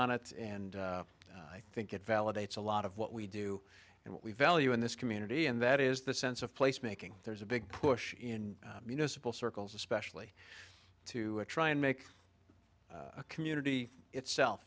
on it's and i think it validates a lot of what we do and what we value in this community and that is the sense of place making there's a big push in you know simple circles especially to try and make a community itself